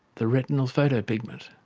the retinal photopigment.